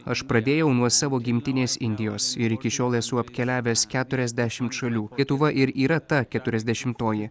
aš pradėjau nuo savo gimtinės indijos ir iki šiol esu apkeliavęs keturiasdešim šalių lietuva ir yra ta keturiasdešimoji